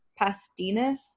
Pastinus